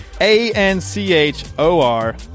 A-N-C-H-O-R